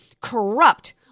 corrupt